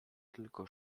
tylko